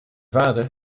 vader